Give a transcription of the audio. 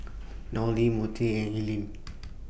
Nolie Montie and Ellyn